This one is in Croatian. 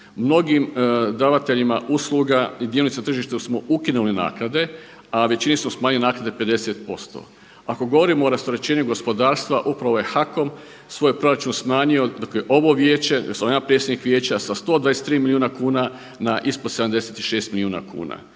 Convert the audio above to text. Mnogim davateljima usluga i dionicima na tržištu smo ukinuli naknade, a većini smo smanjili naknade 50%. Ako govorimo o rasterećenju gospodarstva upravo je HAKOM svoj proračun smanjio, dakle ovo Vijeće gdje sam ja predsjednik Vijeća sa 123 milijuna kuna na ispod 76 milijuna kuna.